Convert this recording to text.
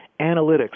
analytics